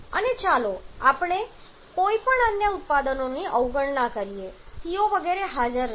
અને ચાલો આપણે કોઈપણ અન્ય ઉત્પાદનોની અવગણના કરીએ CO વગેરે હાજર નથી